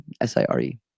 S-I-R-E